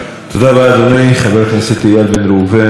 חבר הכנסת איל בן ראובן, בבקשה.